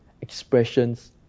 expressions